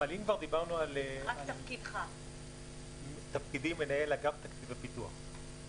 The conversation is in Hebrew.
אני מנהל אגף תקציבי פיתוח.